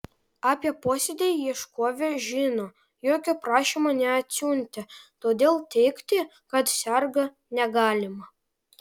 apie posėdį ieškovė žino jokio prašymo neatsiuntė todėl teigti kad serga negalima